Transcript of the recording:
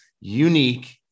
unique